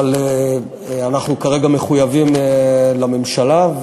אבל אנחנו כרגע מחויבים לממשלה,